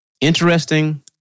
Interesting